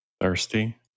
Thirsty